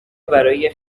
برای